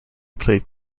played